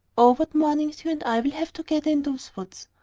oh, what mornings you and i will have together in those woods!